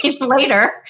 later